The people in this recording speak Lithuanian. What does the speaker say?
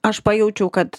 aš pajaučiau kad